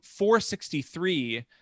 463